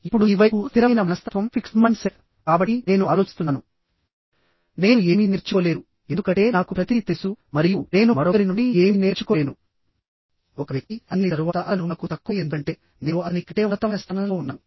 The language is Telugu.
ఇప్పుడు ఈ వైపుః స్థిరమైన మనస్తత్వం కాబట్టి నేను ఆలోచిస్తున్నాను నేను ఏమీ నేర్చుకోలేదు ఎందుకంటే నాకు ప్రతిదీ తెలుసు మరియు నేను మరొకరి నుండి ఏమీ నేర్చుకోలేను ఒక వ్యక్తి అన్ని తరువాత అతను నాకు తక్కువ ఎందుకంటే నేను అతని కంటే ఉన్నతమైన స్థానంలో ఉన్నాను